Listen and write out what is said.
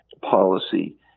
policy